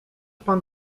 pan